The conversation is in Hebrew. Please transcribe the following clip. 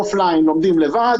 אוף-ליין לומדים לבד,